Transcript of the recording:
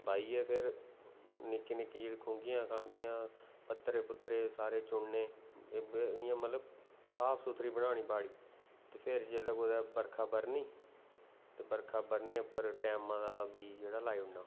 बाहियै फिर निक्की निक्की खुंग्गियां खांग्गियां पत्तर पुत्तरे सारे चुनने इ'यां मतलब साफ सुथरी बनानी बाड़ी ते फिर जिल्लै कुतै बरखा बरनी ते बरखा बरने पर टैमा दा बीऽ जेह्ड़ा लाई ओड़ना